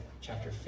chapter